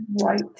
right